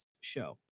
Show